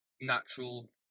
natural